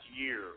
year